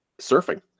Surfing